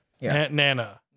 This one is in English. Nana